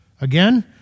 Again